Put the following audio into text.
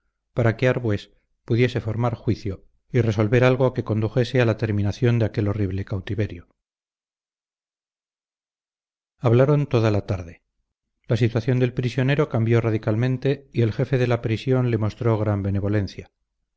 para que arbués pudiese formar juicio y resolver algo que condujese a la terminación de aquel horrible cautiverio hablaron toda la tarde la situación del prisionero cambió radicalmente y el jefe de la prisión le mostró gran benevolencia